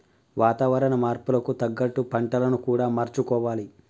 వాతావరణ మార్పులకు తగ్గట్టు పంటలను కూడా మార్చుకోవాలి